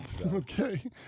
Okay